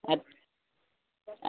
अ्